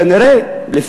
כנראה,